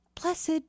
blessed